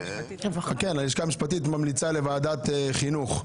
הלשכה המשפטית ממליצה להעביר לוועדת חינוך.